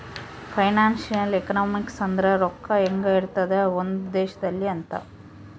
financial economics ಅಂದ್ರ ರೊಕ್ಕ ಹೆಂಗ ಇರ್ತದ ಒಂದ್ ದೇಶದಲ್ಲಿ ಅಂತ